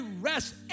rest